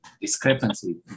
discrepancy